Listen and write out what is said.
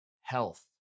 health